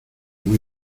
muy